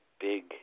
big